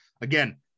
again